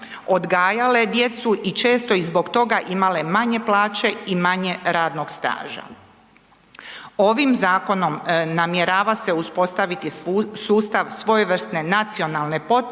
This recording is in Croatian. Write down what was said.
odgajale djecu i često i zbog toga imale manje plaće i manje radnog staža. Ovim zakonom namjerava se uspostaviti sustav svojevrsne nacionalne potpore